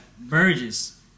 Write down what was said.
Burgess